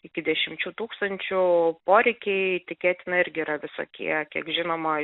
iki dešimčių tūkstančių poreikiai tikėtina irgi yra visokie kiek žinoma